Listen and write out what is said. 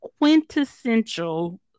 quintessential